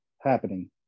happening